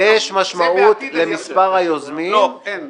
יש משמעות למספר היוזמים -- לא, אין.